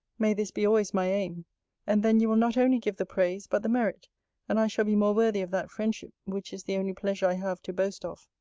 may this be always my aim and then you will not only give the praise, but the merit and i shall be more worthy of that friendship, which is the only pleasure i have to boast of.